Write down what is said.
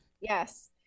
Yes